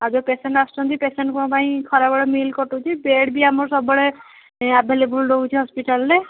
ଆଉ ଯେଉଁ ପେସେଣ୍ଟ୍ ଆସୁଛନ୍ତି ପେସେଣ୍ଟ୍ଙ୍କ ପାଇଁ ଖରାବେଳ ମିଲ୍ କଟୁଛି ବେଡ଼୍ ବି ଆମର ସବୁବେଳେ ଆଭେଲେବୁଲ୍ ରହୁଛି ହସ୍ପଟାଲ୍ରେ